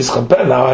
Now